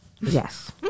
Yes